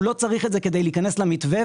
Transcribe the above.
הוא לא צריך את זה כדי להיכנס למתווה,